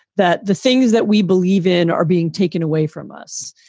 that the things that we believe in are being taken away from us,